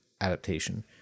adaptation